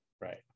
right